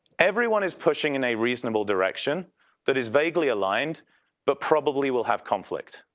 everyone is pushing in a reasonable direction that is vaguely aligned but probably will have conflict.